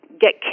get